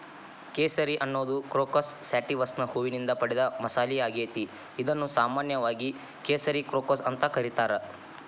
ಕೇಸರಿ ಅನ್ನೋದು ಕ್ರೋಕಸ್ ಸ್ಯಾಟಿವಸ್ನ ಹೂವಿನಿಂದ ಪಡೆದ ಮಸಾಲಿಯಾಗೇತಿ, ಇದನ್ನು ಸಾಮಾನ್ಯವಾಗಿ ಕೇಸರಿ ಕ್ರೋಕಸ್ ಅಂತ ಕರೇತಾರ